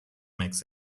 makes